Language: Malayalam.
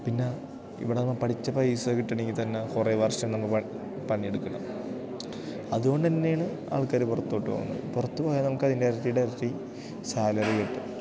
പിന്ന ഇവിടെ നമ്മള് പഠിച്ച പൈസ കിട്ടണമെങ്കില് തന്നെ കുറേ വർഷം നമ്മള് പണിയെടുക്കണം അതുകൊണ്ടുതന്നെയാണ് ആൾക്കാര് പുറത്തോട്ടു പോകുന്നത് പുറത്തു പോയാല് നമുക്ക് അതിൻ്റെ ഇരട്ടിയുടെ ഇരട്ടി സാലറി കിട്ടും